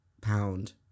pound